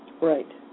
Right